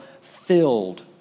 filled